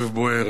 ואני אומר את זה